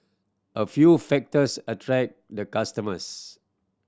a few factors attract the customers